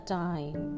time